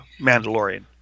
Mandalorian